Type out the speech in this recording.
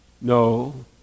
No